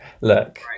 Look